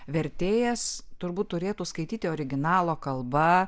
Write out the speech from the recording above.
vertėjas turbūt turėtų skaityti originalo kalba